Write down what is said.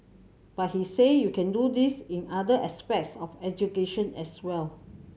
but he said you can do this in other aspects of education as well